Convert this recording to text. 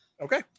okay